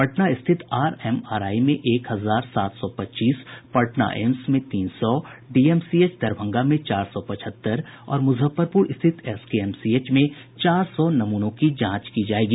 पटना स्थित आरएमआरआई में एक हजार सात सौ पच्चीस पटना एम्स में तीन सौ डीएमसीएच दरभंगा में चार सौ पचहत्तर और मुजफ्फरपुर स्थित एसकेएमसीएच में चार सौ नमूनों की जांच की जायेगी